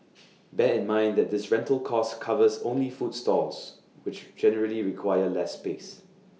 bear in mind that this rental cost covers only food stalls which generally require less space